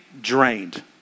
drained